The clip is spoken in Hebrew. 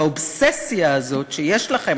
והאובססיה הזאת שיש לכם,